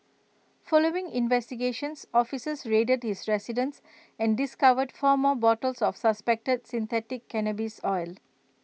following investigations officers raided his residence and discovered four more bottles of suspected synthetic cannabis oil